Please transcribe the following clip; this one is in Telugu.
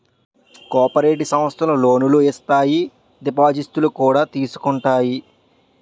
కోపరేటి సమస్థలు లోనులు ఇత్తాయి దిపాజిత్తులు కూడా తీసుకుంటాయి